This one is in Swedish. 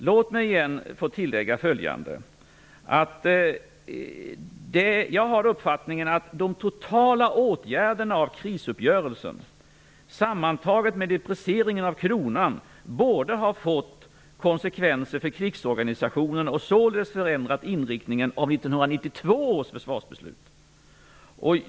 Låt mig igen få tillägga att jag har den uppfattningen att de totala åtgärderna av krisuppgörelsen sammantaget med deprecieringen av kronan har medfört konsekvenser för krigsorganisationen och således förändrat inriktningen av 1992 års försvarsbeslut.